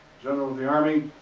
general of the army.